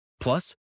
Plus